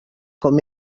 com